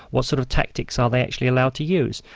what sort of tactics are they actually allowed to use.